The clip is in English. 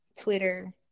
Twitter